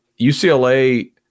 UCLA